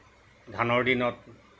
ধানৰ দিনত